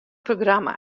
programma